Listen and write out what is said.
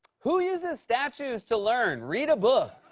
who uses statues to learn? read a book,